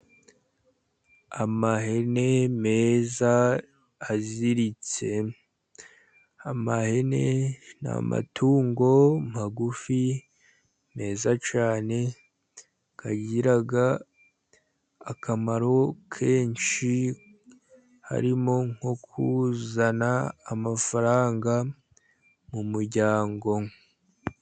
Ihene nziza ziziritse. Ihene ni amatungo magufi meza cyane agira akamaro kenshi. Harimo nko kuzana amafaranga mu muryango.